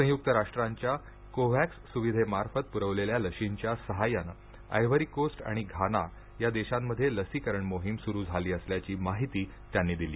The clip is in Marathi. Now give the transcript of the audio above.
संयुक्त राष्ट्रांच्या कोव्हॅक्स सुविधेमार्फत पुरवलेल्या लशींच्या साह्यानं आयव्हरी कोस्ट आणि घाना या देशांमध्ये लसीकरण मोहीम सुरू झाली असल्याची माहिती त्यांनी दिली